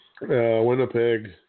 Winnipeg